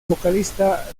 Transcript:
vocalista